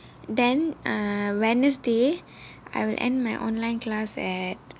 then uh wednesday I will end my online class at